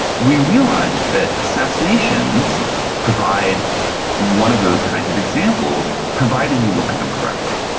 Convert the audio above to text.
we realised that assassinations provide one of those kinds of examples, providing you look at them correctly.